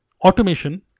automation